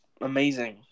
amazing